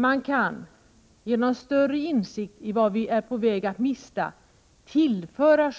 Man kan, genom större insikt i vad vi är på väg att mista, tillföra